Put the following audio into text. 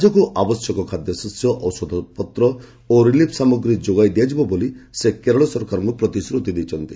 ରାଜ୍ୟକୁ ଆବଶ୍ୟକ ଖାଦ୍ୟଶସ୍ୟଔଷଧପତ୍ର ଓ ରିଲିଫ୍ ସାମଗ୍ରୀ ଯୋଗାଇ ଦିଆଯିବ ବୋଲି ସେ କେରଳ ସରକାରଙ୍କୁ ପ୍ରତିଶ୍ରତି ଦେଇଛନ୍ତି